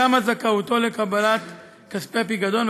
תמה זכאותו לקבלת כספי הפיקדון,